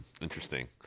Interesting